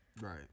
right